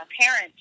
parents